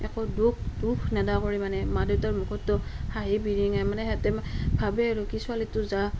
একো দুখ দুখ নেদা কৰি মানে মা দেউতাৰ মুখতো হাঁহি বিৰিঙাই মানে সিহঁতে ভাবে আৰু কি ছোৱালীটো যা